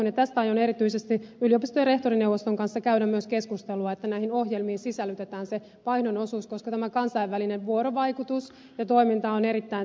tästä aion erityisesti yliopistojen rehtorineuvoston kanssa käydä myös keskustelua että näihin ohjelmiin sisällytetään se vaihdon osuus koska tämä kansainvälinen vuorovaikutus ja toiminta on erittäin